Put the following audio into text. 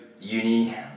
uni